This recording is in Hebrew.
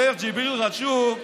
אומר ג'יבריל רג'וב,